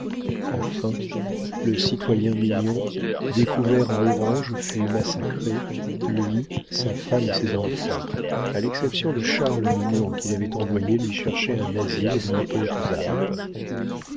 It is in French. enfin le citoyen mignon découvert à orange fut massacré lui sa femme et ses enfants à l'exception de charles mignon qu'il avait envoyé lui chercher un asile dans les hautes-alpes